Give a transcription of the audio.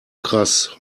krass